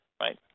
right